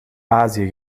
azië